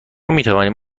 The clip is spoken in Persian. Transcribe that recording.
میتوانیم